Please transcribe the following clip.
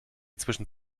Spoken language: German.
zwischen